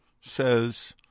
says